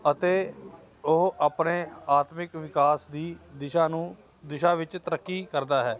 ਅਤੇ ਉਹ ਆਪਣੇ ਆਤਮਿਕ ਵਿਕਾਸ ਦੀ ਦਿਸ਼ਾ ਨੂੰ ਦਿਸ਼ਾ ਵਿੱਚ ਤਰੱਕੀ ਕਰਦਾ ਹੈ